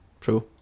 True